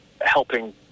helping